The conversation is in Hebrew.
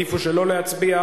נמנעים.